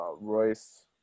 Royce